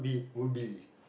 would be